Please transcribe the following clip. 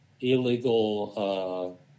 illegal